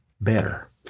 better